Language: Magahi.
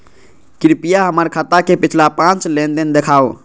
कृपया हमर खाता के पिछला पांच लेनदेन देखाहो